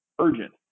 urgent